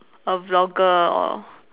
a vlogger or